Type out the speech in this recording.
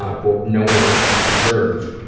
ah quote, knowing what you deserve,